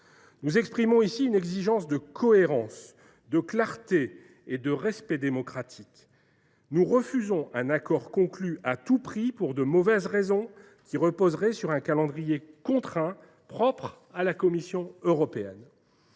Nous exprimons ici une exigence de cohérence, de clarté et de respect démocratique. Nous refusons un accord conclu à tout prix pour de mauvaises raisons, qui reposerait sur un calendrier contraint propre à la Commission européenne.